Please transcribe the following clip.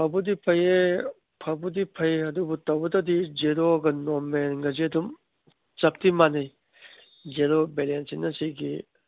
ꯐꯕꯨꯗꯤ ꯐꯩꯌꯦ ꯐꯕꯨꯗꯤ ꯐꯩ ꯑꯗꯨꯕꯨ ꯇꯧꯕꯇꯗꯤ ꯖꯦꯔꯣꯒ ꯅꯣꯔꯃꯦꯜꯒꯁꯦ ꯑꯗꯨꯝ ꯆꯞꯇꯤ ꯃꯥꯟꯅꯩ ꯖꯦꯔꯣ ꯕꯦꯂꯦꯟꯁꯁꯤꯅ ꯁꯤꯒꯤ